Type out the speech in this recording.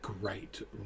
great